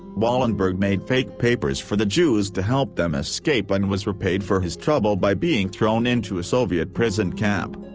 wallenberg made fake papers for the jews to help them escape and was repaid for his trouble by being thrown into a soviet prison camp.